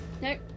Nope